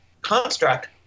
construct